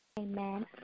Amen